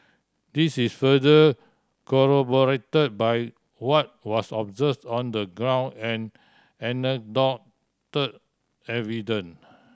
this is further corroborated by what was observes on the ground and anecdotal evidence